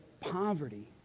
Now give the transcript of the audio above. poverty